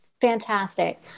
fantastic